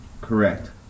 Correct